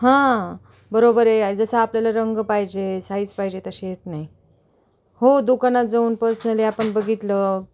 हां बरोबर आहे जसं आपल्याला रंग पाहिजे साईज पाहिजे तसे येत नाही हो दुकानात जाऊन पर्सनली आपण बघितलं